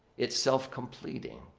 it's self-completing.